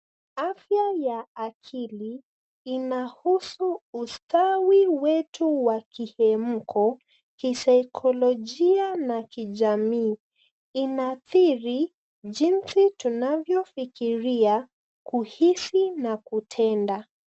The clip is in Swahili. Afya ya akili, inahusu ustawi wetu wa kihemko, kisaikolojia na kijamii. Inaathiri jinsi tunavyofikiria, kuhisi na kutenda.